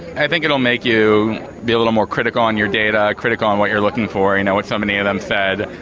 i think it'll make you be a little more critical on your data, critical on what you're looking for. you know what so many of them said,